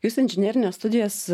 jūs inžinerines studijas